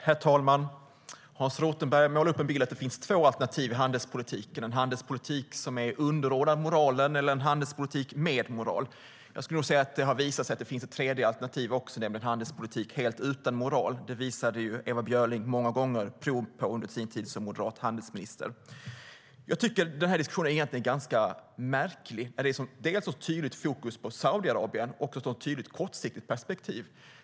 Herr talman! Hans Rothenberg målar upp en bild av att det finns två alternativ i handelspolitiken, nämligen en handelspolitik som är underordnad moralen eller en handelspolitik med moral. Jag skulle nog säga att det har visat sig att det finns ett tredje alternativ, nämligen handelspolitik helt utan moral. Det visade Ewa Björling många gånger prov på under sin tid som moderat handelsminister. Den här diskussionen är egentligen märklig med dels ett tydligt fokus på Saudiarabien, dels ett tydligt kortsiktigt perspektiv.